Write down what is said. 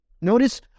Notice